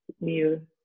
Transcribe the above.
new